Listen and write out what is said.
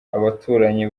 abaturanyi